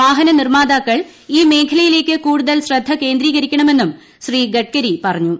വാഹന നിർമ്മാതാക്കൾ ഈ മേഖലയിലേക്ക് കൂടുതൽ ശ്രദ്ധ കേന്ദ്രീകരിക്കണമെന്നും ശ്രീ ഗഡ്കരി പറഞ്ഞു